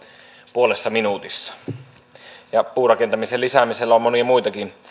puolessa minuutissa puurakentamisen lisäämisellä on monia muitakin